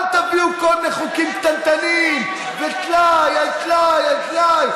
אל תביאו כל מיני חוקים קטנטנים וטלאי על טלאי על טלאי,